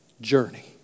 journey